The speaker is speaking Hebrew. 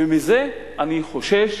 ומזה אני חושש,